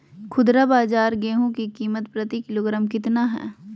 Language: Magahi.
खुदरा बाजार गेंहू की कीमत प्रति किलोग्राम कितना है?